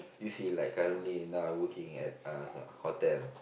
you see like currently now I working at uh hotel